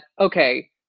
okay